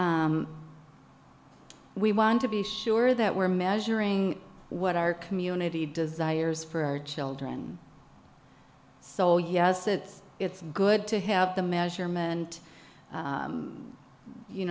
we want to be sure that we're measuring what our community desires for our children so yes it's it's good to have the measurement